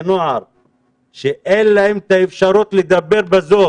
בני נוער שאין להם את האפשרות לדבר בזום